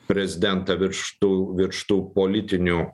prezidentą virš tų virš tų politinių